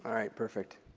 right. perfect.